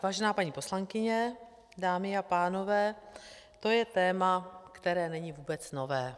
Vážená paní poslankyně, dámy a pánové, to je téma, které není vůbec nové.